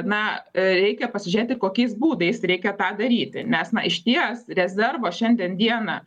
na reikia pasižiūrėti kokiais būdais reikia tą daryti nes na išties rezervo šiandien dieną